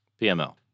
PML